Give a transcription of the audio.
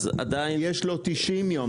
אז עדיין --- יש לו 90 יום.